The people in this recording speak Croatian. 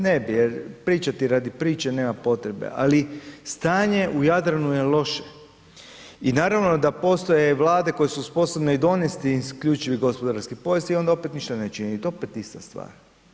Ne bi jer pričati radi priče, nema potrebe, ali stanje u Jadranu je loše i naravno da postoje vlade koje su sposobne i donesti isključivi gospodarski pojas i onda opet ništa ne činiti, opet ista stvar.